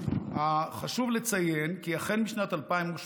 חשוב לציין כי החל משנת 2017,